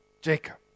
Jacob